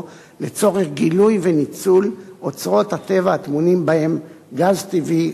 לצורך גילוי וניצול אוצרות הטבע הטמונים בהם: גז טבעי,